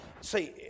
See